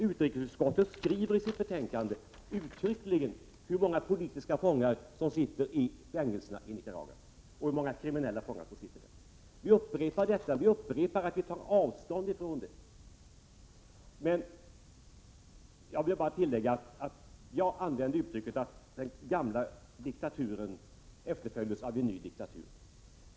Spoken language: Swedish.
Utrikesutskottet uppger i sitt betänkande uttryckligen hur många politiska fångar det finns i fängelserna i Nicaragua och hur många de kriminella fångarna är. Jag upprepar att vi tar avstånd från det. Jag använde uttrycket att den gamla diktaturen efterföljdes av en ny diktatur.